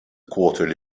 quarterly